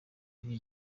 lil